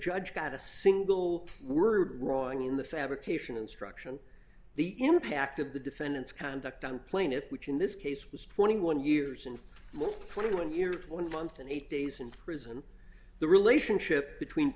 judge got a single word wrong in the fabrication instruction the impact of the defendant's conduct on plaintiff which in this case was twenty one years and more twenty one years one month and eight days in prison and the relationship between